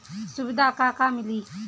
सुविधा का का मिली?